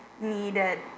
needed